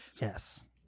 Yes